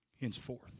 henceforth